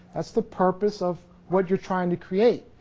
that's the purpose of what you're trying to create.